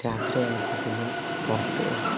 രാത്രി ആയപ്പോഴത്തേക്കും പുറത്ത്